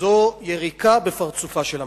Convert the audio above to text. זו יריקה בפרצופה של המדינה.